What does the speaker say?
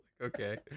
Okay